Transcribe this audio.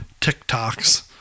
TikToks